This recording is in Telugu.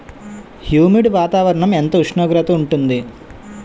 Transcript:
హ్యుమిడ్ వాతావరణం ఎంత ఉష్ణోగ్రత ఉంటుంది?